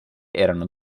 erano